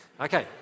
Okay